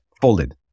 folded